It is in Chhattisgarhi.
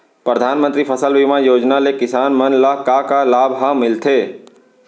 परधानमंतरी फसल बीमा योजना ले किसान मन ला का का लाभ ह मिलथे?